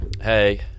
Hey